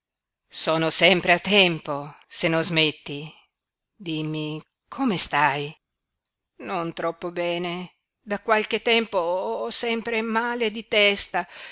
sono sempre a tempo se non smetti dimmi come stai non troppo bene da qualche tempo ho sempre male di testa